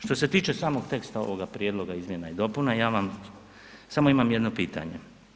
Što se tiče samog teksta ovog prijedloga izmjena i dopuna ja vam samo imam jedno pitanje.